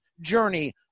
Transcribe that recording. journey